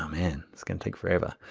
um man, it's gonna take forever.